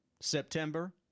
September